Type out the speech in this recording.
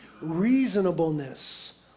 reasonableness